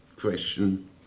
question